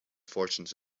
fortunes